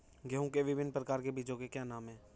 गेहूँ के विभिन्न प्रकार के बीजों के क्या नाम हैं?